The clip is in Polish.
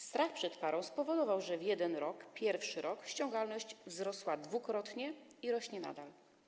Strach przed karą spowodował, że w pierwszym roku ściągalność wzrosła dwukrotnie i rośnie nadal.